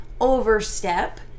overstep